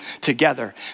together